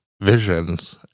visions